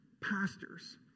pastors